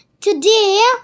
today